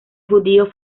judío